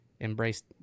embrace